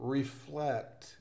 reflect